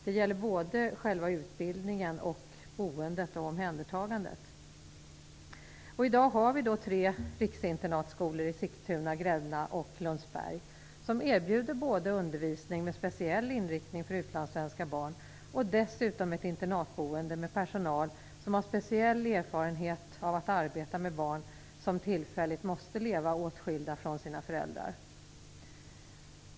Det gäller både själva utbildningen och boendet och omhändertagandet. I dag har vi tre riksinternatskolor - i Sigtuna, Gränna och Lundsberg - som erbjuder både undervisning med speciell inriktning för utlandssvenska barn och dessutom ett internatboende med personal som har speciell erfarenhet av att arbeta med barn som tillfälligt måste leva åtskilda från sina föräldrar.